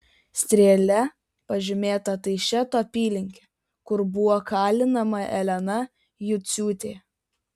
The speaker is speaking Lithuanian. strėle pažymėta taišeto apylinkė kur buvo kalinama elena juciūtė